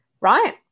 right